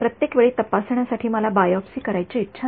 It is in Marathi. प्रत्येक वेळी तपासण्यासाठी मला बायोप्सी करायची इच्छा नाही